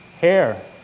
Hair